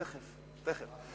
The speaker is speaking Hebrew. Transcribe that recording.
תיכף, תיכף.